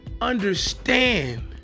understand